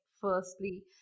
firstly